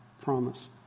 promise